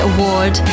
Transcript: Award